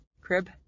crib